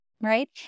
right